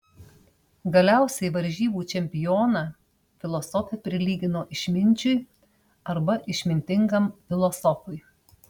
galiausiai varžybų čempioną filosofė prilygino išminčiui arba išmintingam filosofui